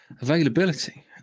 availability